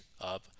up